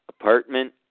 apartment